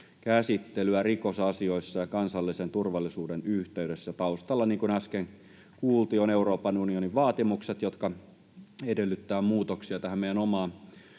käsittelyä rikosasioissa ja kansallisen turvallisuuden yhteydessä. Taustalla, niin kuin äsken kuultiin, ovat Euroopan unionin vaatimukset, jotka edellyttävät muutoksia meidän omaan